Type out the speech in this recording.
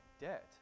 debt